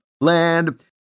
land